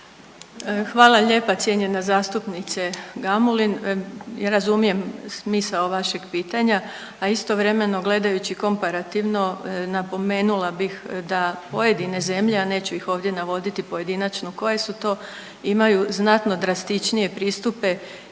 Hvala lijepa cijenjena zastupnice Gamulin. Razumijem smisao vašeg pitanja, a istovremeno, gledajući komparativno napomenula bih da pojedine zemlje, a neću ih ovdje navoditi pojedinačno koje su to imaju znatno drastičnije pristupe